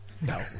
No